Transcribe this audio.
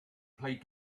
played